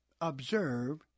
observe